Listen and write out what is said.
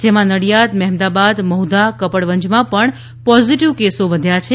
જેમાં નડિયાદ મહેમદાવાદ મહુધાકપડવંજમાં પણ પોઝિટિવ કે સો વધ્યા છે